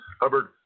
Hubbard